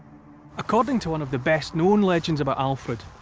according to one of the best-known legends about alfred,